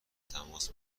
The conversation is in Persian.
تماس